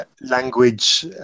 language